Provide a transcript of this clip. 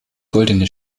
goldene